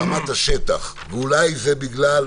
ברמת השטח ואולי זה בגלל,